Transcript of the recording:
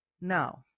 Now